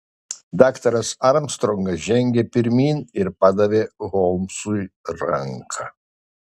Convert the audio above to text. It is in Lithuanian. daktaras armstrongas žengė pirmyn ir padavė holmsui ranką